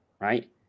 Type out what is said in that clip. right